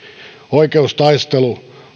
oikeustaistelu